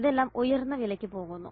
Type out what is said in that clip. ഇതെല്ലാം ഉയർന്ന വിലയ്ക്ക് പോകുന്നു